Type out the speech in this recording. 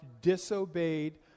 disobeyed